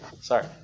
sorry